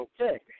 okay